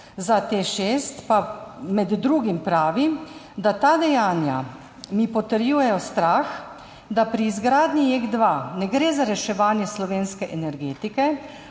za TEŠ 6 pa med drugim pravi, da "Ta dejanja mi potrjujejo strah, da pri izgradnji JEK2 ne gre za reševanje slovenske energetike,